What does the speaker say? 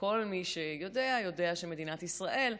וכל מי שיודע, יודע שמדינת ישראל,